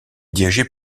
dirigé